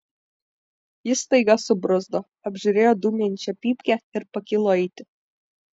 jis staiga subruzdo apžiūrėjo dūmijančią pypkę ir pakilo eiti